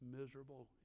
miserable